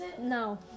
No